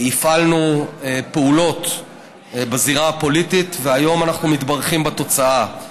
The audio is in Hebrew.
הפעלנו פעולות בזירה הפוליטית והיום אנחנו מתברכים בתוצאה.